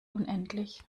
unendlich